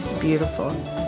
beautiful